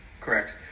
Correct